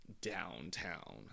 downtown